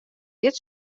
dit